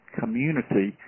community